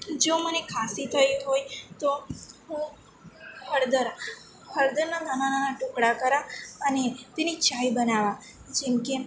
જો મને ખાંસી થઈ હોય તો હું હળદર હળદરના નાનાં નાનાં ટુકડા કરીશ અને તેની ચાય બનાવીશ જેમકે એમાં